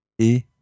Et